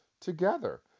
Together